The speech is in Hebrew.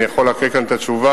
אני יכול להקריא את התשובה.